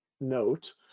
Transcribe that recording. note